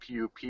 PUP